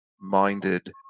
minded